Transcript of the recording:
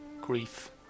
grief